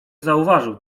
zauważył